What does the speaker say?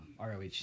ROH